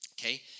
Okay